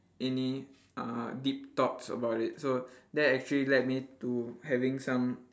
any uh deep thoughts about it so that actually led me to having some